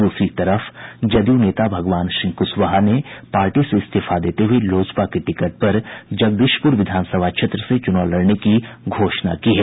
दूसरी तरफ जदयू नेता भगवान सिंह कुशवाहा ने पार्टी से इस्तीफा देते हुए लोजपा के टिकट पर जगदीशपुर विधानसभा क्षेत्र से चुनाव लड़ने की घोषणा की है